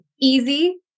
easy